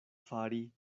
fari